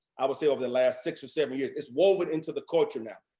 i would say, over the last six or seven years. it's woven into the culture now.